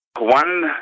One